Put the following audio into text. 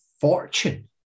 fortune